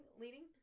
leading